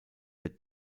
der